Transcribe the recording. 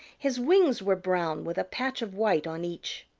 his wings were brown with a patch of white on each.